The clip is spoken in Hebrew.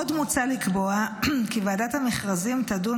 עוד מוצע לקבוע כי ועדת המכרזים תדון